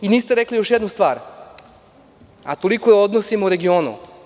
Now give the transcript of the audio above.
Niste rekli još jednu stvar, a to su odnosi u regionu.